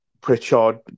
Pritchard